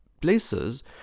places